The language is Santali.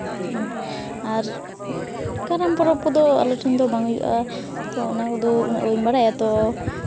ᱟᱨ ᱠᱟᱨᱟᱢ ᱯᱚᱨᱚᱵᱽ ᱠᱚᱫᱚ ᱟᱞᱮ ᱴᱷᱮᱱ ᱫᱚ ᱵᱟᱝ ᱦᱩᱭᱩᱜᱼᱟ ᱛᱚ ᱚᱱᱟ ᱠᱚᱫᱚ ᱩᱱᱟᱹᱜ ᱵᱟᱹᱧ ᱵᱟᱲᱟᱭᱟ ᱛᱚ